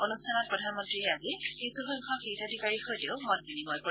অনুষ্ঠানত প্ৰধানমন্ত্ৰীয়ে আজি কিছুসংখ্যক হিতাধিকাৰীৰ সৈতেও মত বিনিময় কৰিব